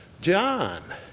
John